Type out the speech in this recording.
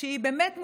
שהיא באמת מוגדרת,